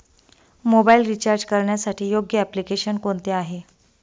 Mobile recharge करण्यासाठी योग्य application कोणते आहे?